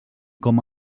com